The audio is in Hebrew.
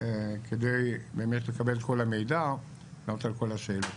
כדי באמת לקבל את כל המידע, לענות על כל השאלות.